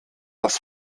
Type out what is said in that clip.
das